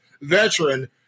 veteran